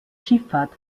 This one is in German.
schifffahrt